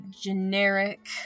generic